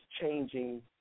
changing